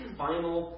final